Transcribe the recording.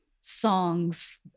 songs